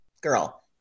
girl